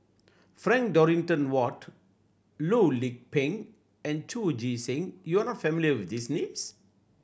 Frank Dorrington Ward Loh Lik Peng and Chu Chee Seng you are not familiar with these names